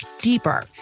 deeper